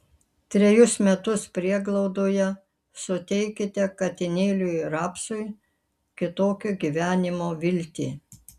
trejus metus prieglaudoje suteikite katinėliui rapsui kitokio gyvenimo viltį